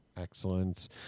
Excellent